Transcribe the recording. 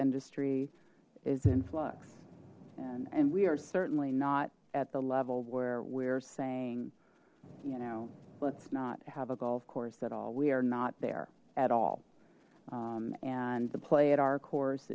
industry is in flux and we are certainly not at the level where we're saying you know let's not have a golf course at all we are not there at all and the play at our course